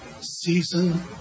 season